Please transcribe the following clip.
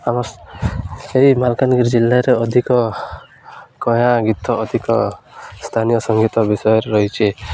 ଆମ ସେଇ ମାଲକାନଗିରି ଜିଲ୍ଲାରେ ଅଧିକ ଗୀତ ଅଧିକ ସ୍ଥାନୀୟ ସଙ୍ଗୀତ ବିଷୟରେ ରହିଛି